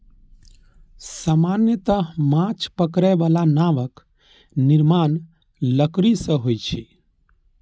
सामान्यतः माछ पकड़ै बला नावक निर्माण लकड़ी सं होइ छै